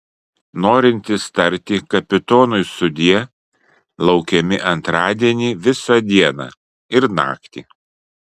norintys tarti kapitonui sudie laukiami antradienį visą dieną ir naktį